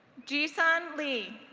ji-sun li.